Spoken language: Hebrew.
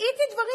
ראיתי דברים,